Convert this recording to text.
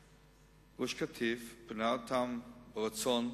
גוש-קטיף, פינה אותם ברצון,